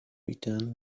returned